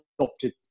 adopted